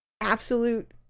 absolute